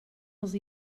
els